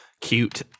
cute